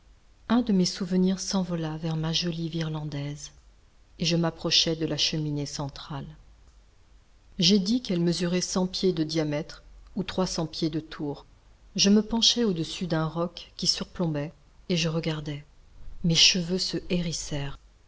un de mes souvenirs s'envola vers ma jolie virlandaise et je m'approchai de la cheminée centrale j'ai dit qu'elle mesurait cent pieds de diamètre ou trois cents pieds de tour je me penchai au-dessus d'un roc qui surplombait et je regardai mes cheveux se hérissèrent